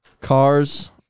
Cars